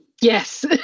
Yes